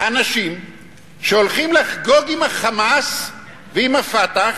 אנשים שהולכים לחגוג עם ה"חמאס" ועם ה"פתח"